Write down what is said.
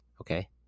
Okay